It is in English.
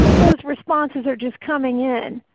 those responses are just coming in.